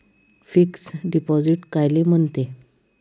Fix deposit कायले म्हनते?